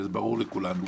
וזה ברור לכולנו,